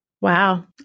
Wow